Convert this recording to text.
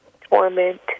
torment